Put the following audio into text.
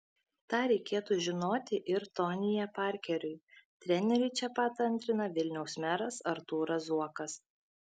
tą reikėtų žinoti ir tonyje parkeriui treneriui čia pat antrina vilniaus meras artūras zuokas